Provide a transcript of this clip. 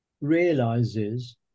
realizes